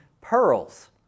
pearls